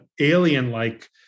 alien-like